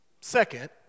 Second